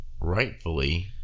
rightfully